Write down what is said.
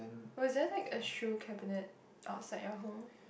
was there like a shoe cabinet outside your home